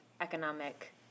economic